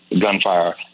gunfire